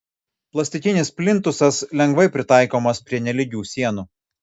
plastikinis plintusas lengvai pritaikomas prie nelygių sienų